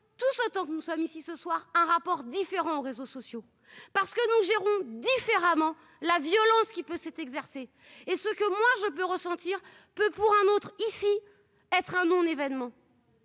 tous autant que nous sommes ici ce soir, un rapport différents réseaux sociaux parce que nous gérons différemment la violence qui peut exercer et ce que moi je peux ressentir peu pour un autre ici, être un non événement.